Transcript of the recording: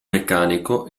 meccanico